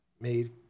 Made